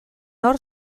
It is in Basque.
hor